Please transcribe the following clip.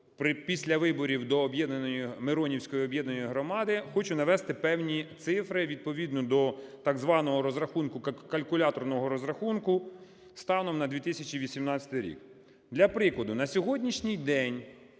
після виборів до Миронівської об'єднаної громади, хочу навести певні цифри, відповідно до так званого розрахунку, калькуляторного розрахунку, станом на 2018 рік. Для прикладу. На сьогоднішній день